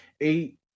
eight